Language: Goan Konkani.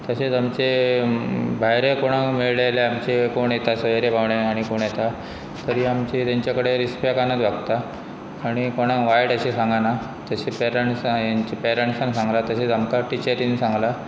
तशेंच आमचे भायर कोणाक मेळ्ळें जाल्यार आमचे कोण येता सोयेरे भावणे आनी कोण येता तरी आमची तेंचे कडेन रिस्पेटानूच वागता आनी कोणाक वायट अशें सांगना तशें पेरट्स पेरंट्सान सांगलां तशेंच आमकां टिचरीन सांगलां